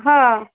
हां